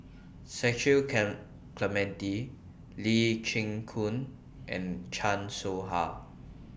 Cecil Can Clementi Lee Chin Koon and Chan Soh Ha